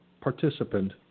participant